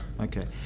Okay